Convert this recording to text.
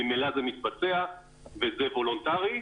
ממילא זה מתבצע וזה וולונטרי,